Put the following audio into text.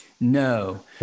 No